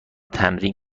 تمرین